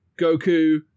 Goku